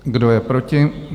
Kdo je proti?